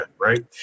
right